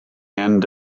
end